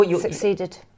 succeeded